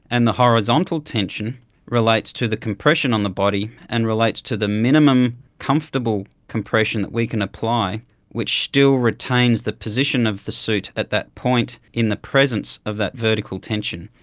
and the horizontal tension relates to the compression on the body and relates to the minimum comfortable compression that we can apply which still retains the position of the suit at that point in the presence of that vertical tension.